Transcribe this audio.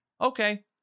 Okay